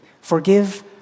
forgive